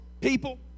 people